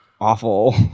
awful